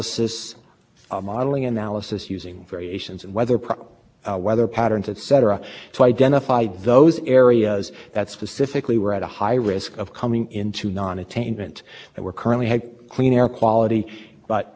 changes in weather patterns might well come into non attainment and then only it brought into them into the transport will those states that made a significant contribution defined as more than one percent the same threshold